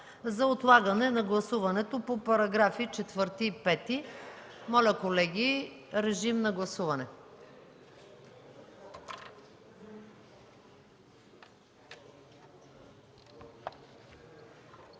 за отлагане гласуването по § 4 и § 5. Моля, колеги, режим на гласуване.